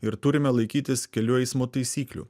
ir turime laikytis kelių eismo taisyklių